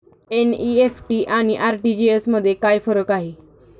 NEFT आणि RTGS मध्ये काय फरक आहे?